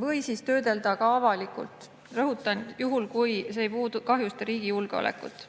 või siis töödelda ka avalikult. Rõhutan: juhul, kui see ei kahjusta riigi julgeolekut.